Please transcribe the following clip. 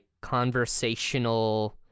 conversational